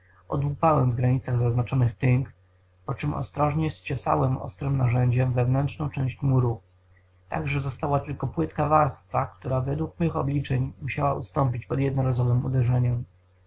osobie odłupałem w granicach zaznaczonych tynk poczem ostrożnie ściosałem ostrem narzędziem wewnętrzną część muru tak że została tylko płytka warstwa która według mych obliczeń musiała ustąpić pod jednorazowem uderzeniem